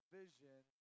vision